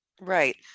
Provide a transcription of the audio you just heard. Right